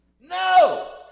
No